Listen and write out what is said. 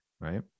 Right